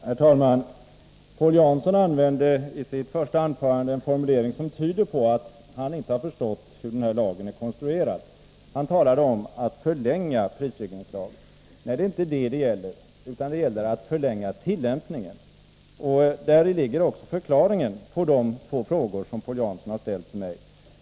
Herr talman! Paul Jansson använde i sitt första anförande en formulering som tyder på att han inte har förstått hur den här lagen är konstruerad. Han talade om att förlänga prisregleringslagen. Det är inte detta det gäller, utan det gäller att förlänga tillämpningen. I detta klargörande ligger också svaret på de två frågor som Paul Jansson har ställt till mig.